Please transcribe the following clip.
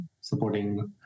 supporting